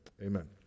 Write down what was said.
amen